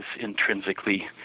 intrinsically